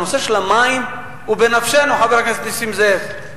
הנושא של המים הוא בנפשנו, חבר הכנסת נסים זאב.